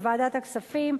בוועדת הכספים,